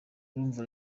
urumva